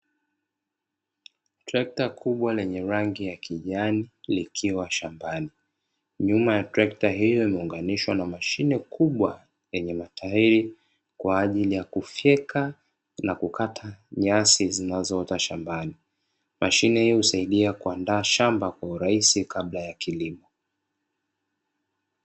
Trekta kubwa lenye rangi ya kijani likiwa shambani. Nyuma ya trekta hii imeunganishwa na mashine kubwa yenye matairi, kwa ajili ya kufyeka na kukata nyasi zinazoota shambani. Mashine hiyo husaidia kuandaa shamba kwa urahisi kabla ya kilimo.